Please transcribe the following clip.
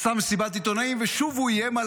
עשה מסיבת עיתונאים ושוב הוא איים על